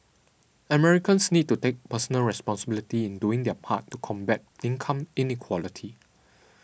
Americans need to take personal responsibility in doing their part to combat income inequality